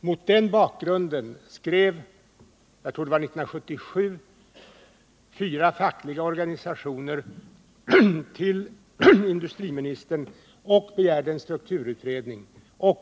Mot den bakgrunden skrev — jag tror det var 1977 — fyra fackliga organisationer till industriministern och begärde en strukturutredning.